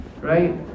Right